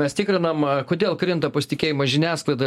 mes tikrinam kodėl krinta pasitikėjimas žiniasklaida